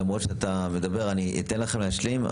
למרות שאתה מדבר, אני אתן לך להשלים.